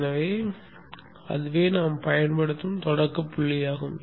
எனவே அதுவே நாம் பயன்படுத்தும் தொடக்கப் புள்ளியாகும்